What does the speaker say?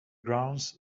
grounds